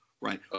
right